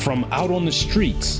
from out on the streets